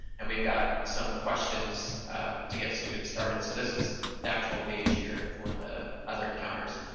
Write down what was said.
and we've got some questions to get students started. so this is the actual page here for the other encounters.